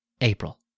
April